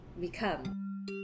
become